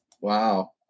Wow